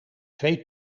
twee